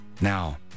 Now